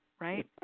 Right